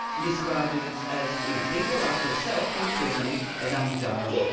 described it as as you know people like yourself, in prison, as undesirable. yeah